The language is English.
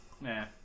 Nah